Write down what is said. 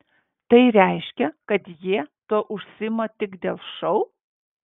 tai reiškia kad jie tuo užsiima tik dėl šou